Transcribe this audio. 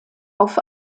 auf